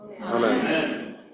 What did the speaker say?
Amen